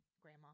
grandma